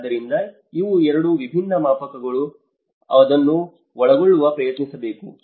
ಆದ್ದರಿಂದ ಇವು ಎರಡು ವಿಭಿನ್ನ ಮಾಪಕಗಳು ಅದನ್ನು ಒಳಗೊಳ್ಳಲು ಪ್ರಯತ್ನಿಸಬೇಕು